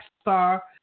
Star